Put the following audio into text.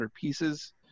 pieces